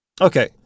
okay